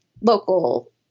local